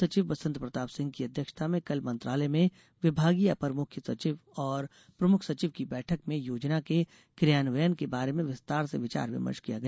मुख्य सचिव बसंत प्रताप सिंह की अध्यक्षता में कल मंत्रालय में विभागीय अपर मुख्य सचिव और प्रमुख सचिव की बैठक में योजना के क्रियान्वयन के बारे विस्तार से विचार विमर्श किया गया